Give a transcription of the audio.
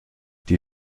die